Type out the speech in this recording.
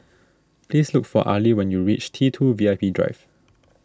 please look for Ali when you reach T two V I P Drive